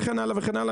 וכן הלאה והלאה,